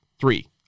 Three